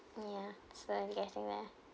ya so I'm getting there